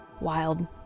Wild